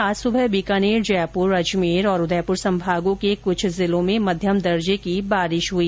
आज सुबह बीकानेर जयपुर अजमेर और उदयपुर संभागों के कुछ जिलों में मध्यम दर्जे की बारिश हई